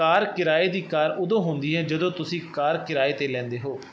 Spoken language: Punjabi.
ਕਾਰ ਕਿਰਾਏ ਦੀ ਕਾਰ ਓਦੋਂ ਹੁੰਦੀ ਹੈ ਜਦੋਂ ਤੁਸੀਂ ਕਾਰ ਕਿਰਾਏ 'ਤੇ ਲੈਂਦੇ ਹੋ